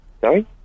Sorry